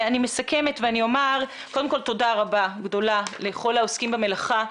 אני מסכמת ואני אומר קודם כל תודה רבה גדולה לכל העוסקים במלאכה.